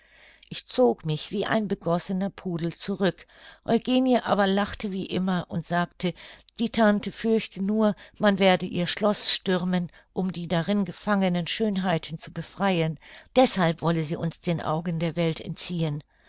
ich zog mich wie ein begossener pudel zurück eugenie aber lachte wie immer und sagte die tante fürchte nur man werde ihr schloß stürmen um die darin gefangenen schönheiten zu befreien deshalb wolle sie uns den augen der welt entziehen